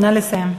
נא לסיים.